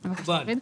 בסדר.